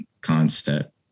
concept